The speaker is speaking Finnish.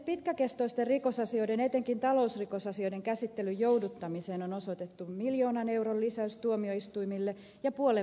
pitkäkestoisten rikosasioiden etenkin talousrikosasioiden käsittelyn jouduttamiseen on osoitettu miljoonan euron lisäys tuomioistuimille ja puolen miljoonan syyttäjille